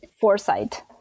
foresight